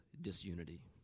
disunity